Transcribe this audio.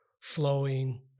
flowing